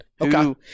Okay